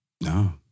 No